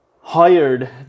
hired